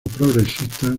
progresista